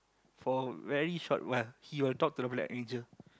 for very short while he will talk to the black angel